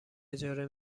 اجاره